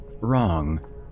wrong